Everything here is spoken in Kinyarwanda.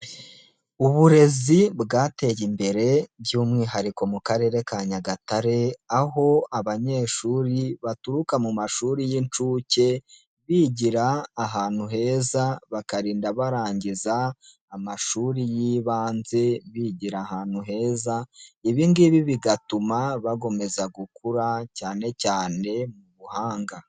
Uburezi bwateye imbere by'umwihariko mu karere ka Nyagatare, aho abanyeshuri baturuka mu mashuri y'incuke, bigira ahantu heza bakarinda barangiza amashuri y'ibanze bigira ahantu heza, ibingibi bigatuma bakomeza gukura, cyane cyane mu buhanga.